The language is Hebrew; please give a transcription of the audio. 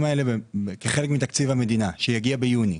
האלה כחלק מתקציב המדינה שיגיע ביוני.